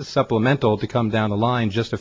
supplemental to come down the line just a